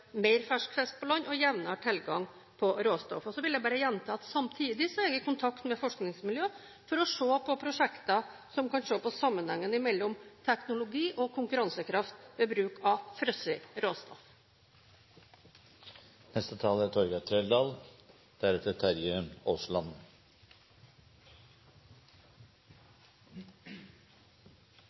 jevnere tilgang på råstoff. Så vil jeg bare gjenta at samtidig er jeg i kontakt med forskningsmiljø for å se på prosjekter som kan se på sammenhengen mellom teknologi og konkurransekraft ved bruk av frossent råstoff. Jeg vil innledningsvis si at jeg synes det er